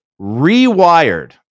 rewired